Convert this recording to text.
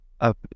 up